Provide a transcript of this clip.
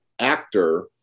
actor